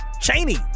Cheney